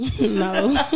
No